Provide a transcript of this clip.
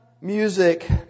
music